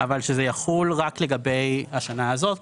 אבל שזה יחול רק לגבי השנה הזאת,